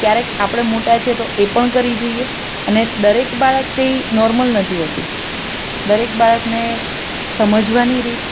ક્યારેક આપણે મોટા છીએ તો એ પણ કરી જોઈએ અને દરેક બાળક કંઈ નોર્મલ નથી હોતું દરેક બાળકને સમજવાની રીત